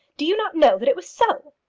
do you not know that it was so?